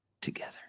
together